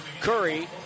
Curry